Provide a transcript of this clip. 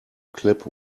clip